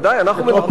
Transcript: מטרופולין.